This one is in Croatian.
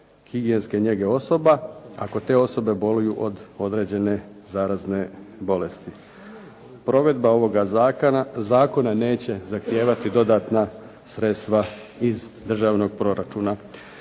higijenske njege osoba ako te osobe boluju od određene zarazne bolesti. Provedba ovoga zakona neće zahtijevati dodatna sredstva iz državnog proračuna.